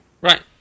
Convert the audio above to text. Right